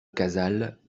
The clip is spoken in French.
casals